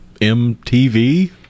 MTV